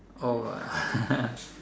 all a